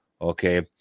okay